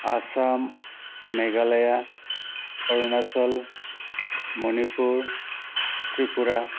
Assam Meghalaya Arunachal Manipur Tripura